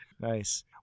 Nice